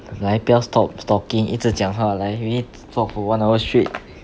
来不要 stop talking 一直讲话来 we need to talk for one hour straight